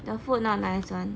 the food not nice [one]